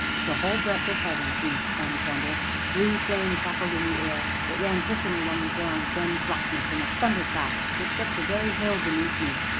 the whole breadth of heaven seemed torn asunder blue flame crackled in the air it ran hissing along the ground then blackness, and a thunderclap that shook the very hill beneath me,